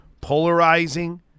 polarizing